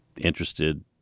interested